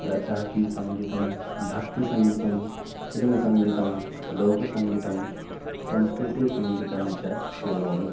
लद्दाकीसङ्गीतं भक्तिसङ्गीतं फ़्लिम्सङ्गीतं लोकसङ्गीतं संस्कृतिसङ्गीतं च शृणोमि